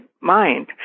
mind